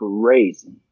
crazy